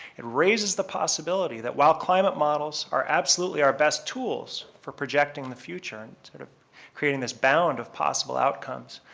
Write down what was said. it raises the possibility that while climate models are absolutely our best tools for projecting the future instead and sort of creating this bound of possible outcomes,